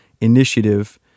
initiative